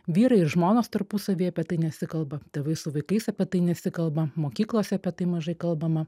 vyrai ir žmonos tarpusavy apie tai nesikalba tėvai su vaikais apie tai nesikalba mokyklose apie tai mažai kalbama